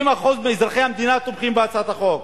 70% מאזרחי המדינה תומכים בהצעת החוק.